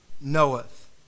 knoweth